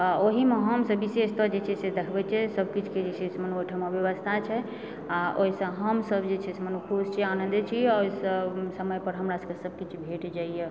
आ ओहिमे हम विशेषतः जे छै से देखबए छी सब किछु जे मने ओहिठमा व्यवस्था छै आ ओहिसँ हमसब जे छै मने खुश छी आनंदित छी ओहिसँ समय पर हमरा सबकेँ सब किछु भेंट जाइए